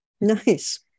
Nice